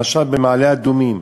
למשל, במעלה-אדומים,